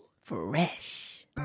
Fresh